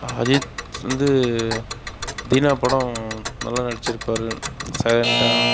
அஜித் வந்து தீனா படம் நல்லா நடிச்சிருப்பார் சைலண்டாக